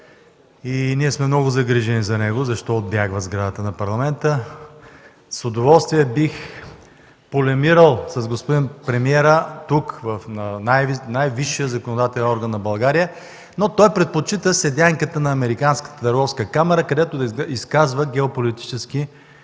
и ние сме много загрижени за него защо отбягва сградата на парламента. С удоволствие бих полемирал с господин премиера тук, на най-висшия законодателен орган на България, но той предпочита седянката на Американската търговска камара, където изказва геополитически и